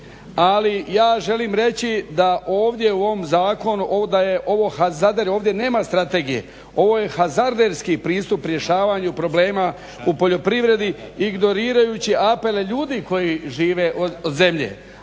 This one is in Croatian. Ali ja želim reći da ovdje u ovom zakonu, da je ovo hazardere, ovdje nema strategije, ovo je hazarderski pristup rješavanju problema u poljoprivredi ignorirajući apele ljudi koji žive od zemlje.